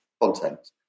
Content